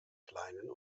kleinen